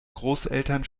großeltern